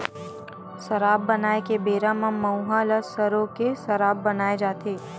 सराब बनाए के बेरा म मउहा ल सरो के सराब बनाए जाथे